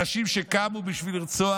אנשים שקמו בשביל לרצוח,